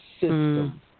system